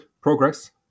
Progress